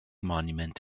monument